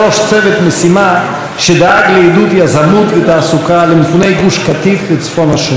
משימה שדאג לעידוד יזמות ותעסוקה למפוני גוש קטיף בצפון השומרון.